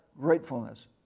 gratefulness